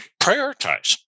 prioritize